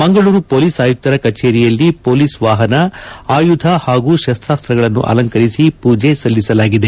Mangaluru police ಆಯುಕ್ತರ ಕಚೇರಿಯಲ್ಲಿ police ವಾಹನ ಆಯುಧ ಹಾಗೂ ಶಸ್ತಾಸ್ತ್ರಗಳನ್ನು ಅಲಂಕರಿಸಿ ಪೂಜೆ ಸಲ್ಲಿಸಲಾಗಿದೆ